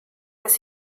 dass